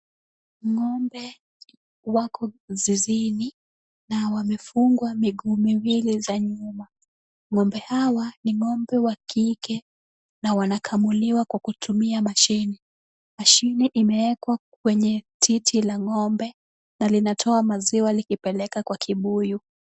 Ng'ombe wako zizini na wamefungwa miguu miwili ya nyuma. Ng'ombe hawa ni ng'ombe wa kike na wanakamuliwa kwa kutumia mashine imeekwa kwenye titi la ng'ombe na linatoa maziwa likipeleke kwa kibuyu.